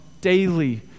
daily